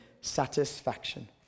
satisfaction